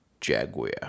jaguar